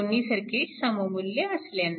दोन्ही सर्किट सममुल्य असल्याने